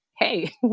hey